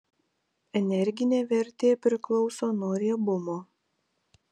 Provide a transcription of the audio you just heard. energinė vertė priklauso nuo riebumo